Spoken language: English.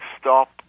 stop